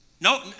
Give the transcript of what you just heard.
No